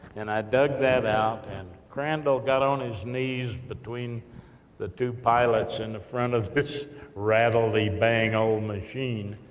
and i dug that out, and crandall, got on his knees, between the two pilots, in the front of this rattley, bang, old machine,